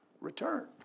return